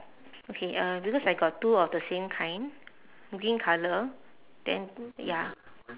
okay uh because I got two of the same kind green colour then ya